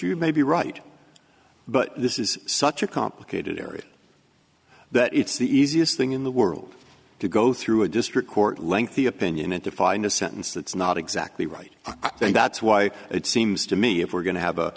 you may be right but this is such a complicated area that it's the easiest thing in the world to go through a district court lengthy opinion and to find a sentence that's not exactly right i think that's why it seems to me if we're going to have